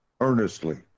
earnestly